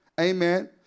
Amen